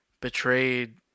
betrayed